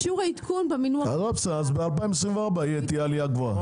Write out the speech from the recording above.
אז בשנת 2024 תהיה עלייה גבוהה.